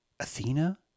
Athena